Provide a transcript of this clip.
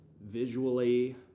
visually